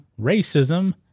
racism